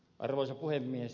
arvoisa puhemies